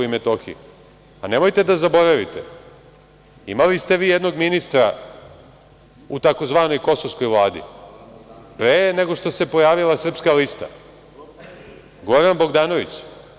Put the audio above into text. Nemojte da zaboravite, imali ste vi jednog ministra u tzv. kosovskoj vladi pre nego što se pojavila Srpska lista, Goran Bogdanović.